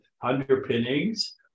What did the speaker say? underpinnings